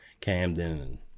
camden